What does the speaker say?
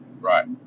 Right